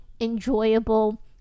enjoyable